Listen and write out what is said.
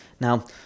now